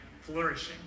Flourishing